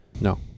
no